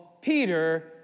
Peter